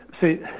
see